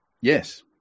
Yes